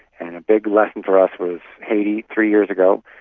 and a big lesson for us was haiti three years ago.